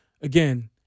Again